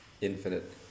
infinite